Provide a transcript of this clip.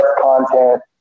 content